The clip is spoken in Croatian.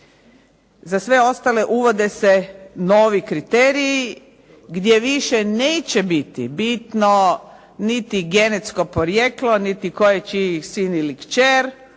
Za sve ostale uvode se novi kriteriji gdje više neće biti bitno genetsko podrijetlo, tko je čiji sin ili kćer,